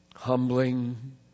humbling